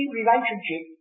relationship